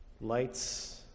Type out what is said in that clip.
lights